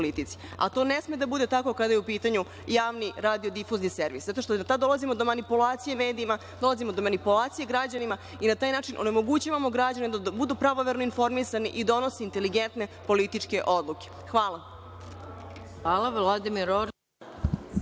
a to ne sme da bude tako kada je u pitanju javni radio difuzni servis, jer tada dolazimo do manipulacije medijima, dolazimo do manipulacije građanima i na taj način onemogućavamo građanima da budu pravovremeno informisani i da donese inteligentne političke odluke. Hvala. **Maja Gojković**